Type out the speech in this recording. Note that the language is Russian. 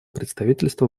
представительство